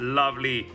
lovely